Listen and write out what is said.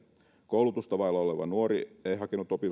koulutusta vailla oleva nuori ei hakenut